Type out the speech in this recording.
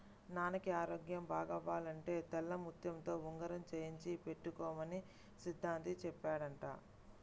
నాన్నకి ఆరోగ్యం బాగవ్వాలంటే తెల్లముత్యంతో ఉంగరం చేయించి పెట్టుకోమని సిద్ధాంతి చెప్పాడంట